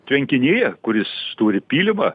tvenkinyje kuris turi pylimą